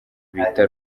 bita